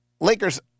Lakers